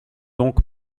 donc